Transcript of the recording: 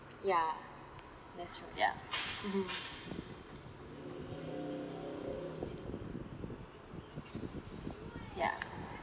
ya that's true ya mmhmm ya